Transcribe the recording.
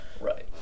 Right